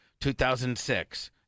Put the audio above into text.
2006